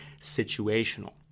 situational